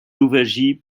louwagie